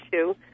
issue